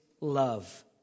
love